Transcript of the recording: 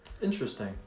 Interesting